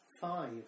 Five